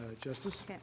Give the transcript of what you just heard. Justice